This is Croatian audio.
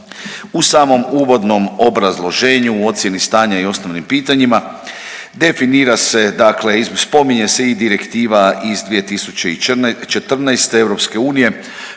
u samom uvodnom obrazloženju u ocjeni stanja i osnovnim pitanjima definira se dakle, spominje se i Direktiva iz 2014. EU